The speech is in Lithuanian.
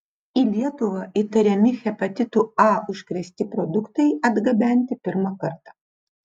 į lietuvą įtariami hepatitu a užkrėsti produktai atgabenti pirmą kartą